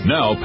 Now